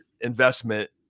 investment